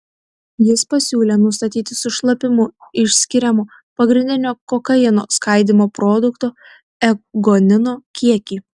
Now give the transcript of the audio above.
jis pasiūlė nustatyti su šlapimu išskiriamo pagrindinio kokaino skaidymo produkto ekgonino kiekį